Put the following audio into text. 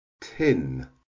tin